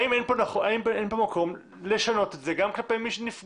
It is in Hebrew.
האם אין פה מקום לשנות את זה גם כלפי מי שנפגע